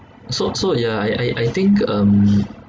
so so yeah I I I think um